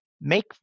make